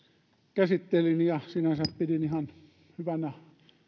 käsittelin ja sinänsä pidin ihan hyvänä